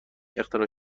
اختراع